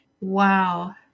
wow